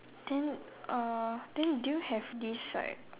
then uh then do you have this like